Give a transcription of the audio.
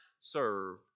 serve